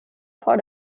part